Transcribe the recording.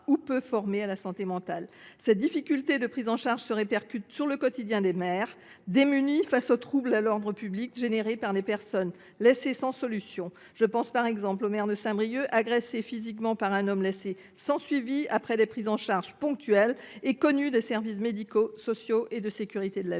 des troubles de la santé mentale. Ces difficultés de prise en charge se répercutent sur le quotidien des maires, démunis face aux troubles à l’ordre public provoqués par des personnes laissées sans solution. Je pense par exemple au maire de Saint Brieuc, agressé physiquement par un homme laissé sans suivi après des prises en charge ponctuelles, et connu des services médicaux, sociaux et de sécurité de la ville.